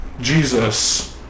Jesus